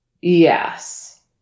Yes